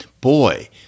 boy